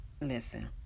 listen